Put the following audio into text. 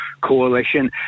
Coalition